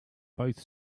both